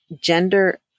gender